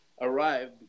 arrived